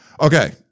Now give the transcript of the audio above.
Okay